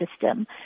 system